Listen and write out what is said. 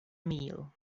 meal